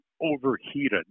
overheated